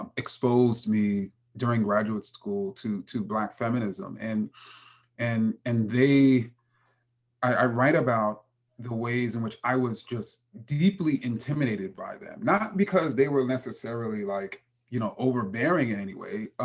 um exposed me during graduate school, to to black feminism. and and and i write about the ways in which i was just deeply intimidated by them, not because they were necessarily like you know overbearing in any way,